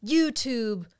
YouTube